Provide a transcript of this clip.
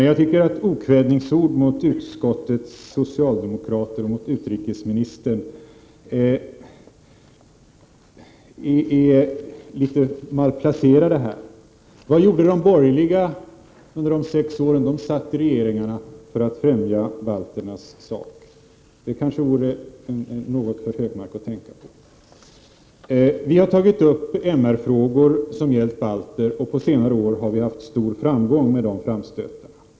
Jag anser att okvädingsord mot socialdemokraterna i utskottet och mot utrikesministern är något malplacerade här. Vad gjorde de borgerliga under de sex år som de befann sig i regeringsställning för att främja balternas sak? Kanske det vore någonting för Hökmark att fundera över. Vi har tagit upp MR-frågor som gällt balter, och på senare år har vi haft stor framgång med våra framstötar.